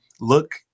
look